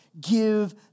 give